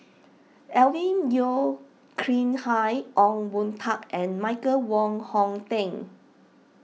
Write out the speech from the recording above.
Alvin Yeo Khirn Hai Ong Boon Tat and Michael Wong Hong Teng